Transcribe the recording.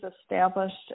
established